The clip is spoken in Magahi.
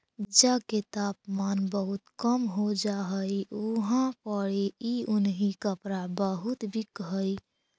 जेजा के तापमान बहुत कम हो जा हई उहाँ पड़ी ई उन्हीं कपड़ा बहुत बिक हई